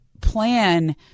plan